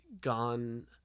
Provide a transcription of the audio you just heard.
gone